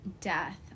death